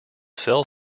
sell